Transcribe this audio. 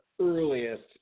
earliest